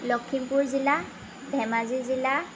লখিমপুৰ জিলা ধেমাজি জিলা